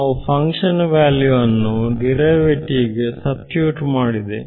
ನಾವು function value ಅನ್ನು ದಿರೈವೇಟಿವ್ಗೆ ಸಬ್ಸ್ಟಿಟ್ಯೂಟ್ ಮಾಡಿದೆ